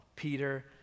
Peter